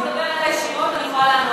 הוא מדבר אלי ישירות, אני יכולה לענות לו.